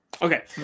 Okay